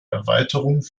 erweiterung